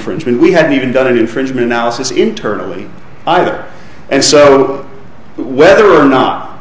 infringement we hadn't even done an infringement notices internally either and so whether or not